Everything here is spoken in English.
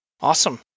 Awesome